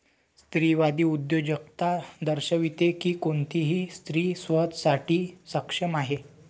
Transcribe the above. स्त्रीवादी उद्योजकता दर्शविते की कोणतीही स्त्री स्वतः साठी सक्षम आहे